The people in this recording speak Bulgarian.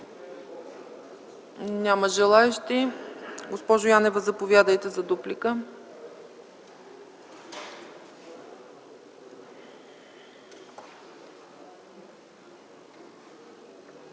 няма желаещи. Госпожо Янева, заповядайте за дуплика.